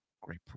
Great